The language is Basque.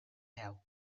hau